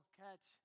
catch